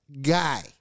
guy